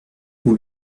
vous